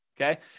Okay